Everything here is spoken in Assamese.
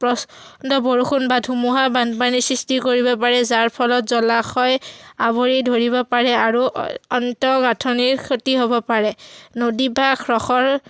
প্ৰচণ্ড বৰষুণ বা ধুমুহা বানপানীৰ সৃষ্টি কৰিব পাৰে যাৰ ফলত জলাশয় আৱৰি ধৰিব পাৰে আৰু আন্তঃগাঁথনিৰ ক্ষতি হ'ব পাৰে নদী বা